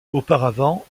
auparavant